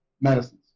medicines